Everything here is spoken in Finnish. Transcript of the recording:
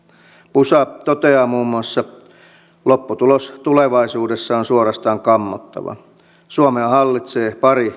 pusa toteaa muun muassa lopputulos tulevaisuudessa on suorastaan kammottava suomea hallitsee pari